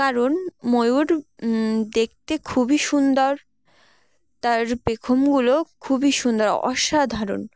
কারণ ময়ূর দেখতে খুবই সুন্দর তার পেখমগুলো খুবই সুন্দর অসাধারণ